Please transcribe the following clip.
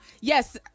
yes